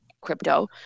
crypto